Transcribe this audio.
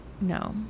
No